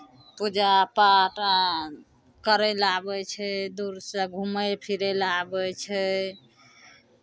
पूजा पाठ आर करय लेल आबै छै दूरसँ घुमय फिरय लेल आबै छै